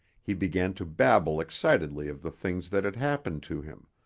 he began to babble excitedly of the things that had happened to him,